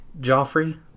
Joffrey